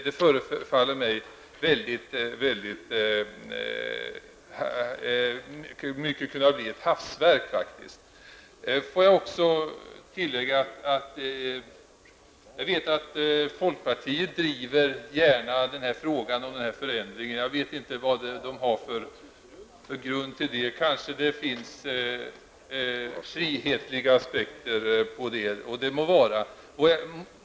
Det förefaller mig faktiskt i hög grad kunna bli ett hafsverk. Låt mig också tillägga att jag vet att folkpartiet gärna driver frågan om denna förändring. Jag vet inte vad man har för grund till det. Kanske finns det frihetliga aspekter på frågan, och det må vara.